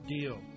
deal